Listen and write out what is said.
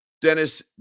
Dennis